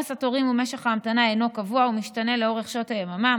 עומס התורים ומשך ההמתנה אינם קבועים ומשתנים לאורך שעות היממה.